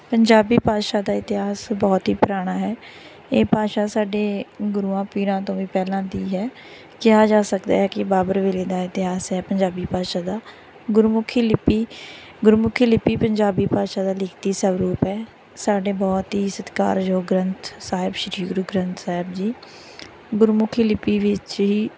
ਪੰਜਾਬੀ ਭਾਸ਼ਾ ਦਾ ਇਤਿਹਾਸ ਬਹੁਤ ਹੀ ਪੁਰਾਣਾ ਹੈ ਇਹ ਭਾਸ਼ਾ ਸਾਡੇ ਗੁਰੂਆਂ ਪੀਰਾਂ ਤੋਂ ਵੀ ਪਹਿਲਾਂ ਦੀ ਹੈ ਕਿਹਾ ਜਾ ਸਕਦਾ ਹੈ ਕਿ ਬਾਬਰ ਵੇਲੇ ਦਾ ਇਤਿਹਾਸ ਹੈ ਪੰਜਾਬੀ ਭਾਸ਼ਾ ਦਾ ਗੁਰਮੁਖੀ ਲਿਪੀ ਗੁਰਮੁਖੀ ਲਿਪੀ ਪੰਜਾਬੀ ਭਾਸ਼ਾ ਦਾ ਲਿਖਤੀ ਸਵਰੂਪ ਹੈ ਸਾਡੇ ਬਹੁਤ ਹੀ ਸਤਿਕਾਰਯੋਗ ਗ੍ਰੰਥ ਸਾਹਿਬ ਸ਼੍ਰੀ ਗੁਰੂ ਗ੍ਰੰਥ ਸਾਹਿਬ ਜੀ ਗੁਰਮੁਖੀ ਲਿਪੀ ਵਿੱਚ ਹੀ